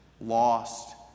Lost